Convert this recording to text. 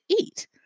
eat